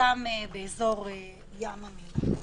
וגם באזור ים המלח.